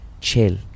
chill